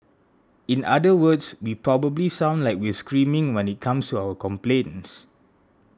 in other words we probably sound like we're screaming when it comes to our complaints